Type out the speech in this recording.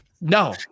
No